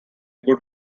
good